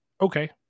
okay